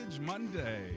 Monday